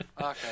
Okay